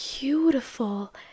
beautiful